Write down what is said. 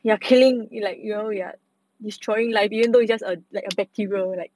you are killing you like your yet destroying 来宾都 you just a like a bacterial like